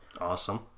Awesome